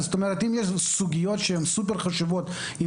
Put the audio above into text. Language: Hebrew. אני